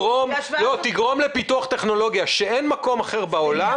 תגרום לפיתוח טכנולוגיה שאין בשום מקום אחר בעולם?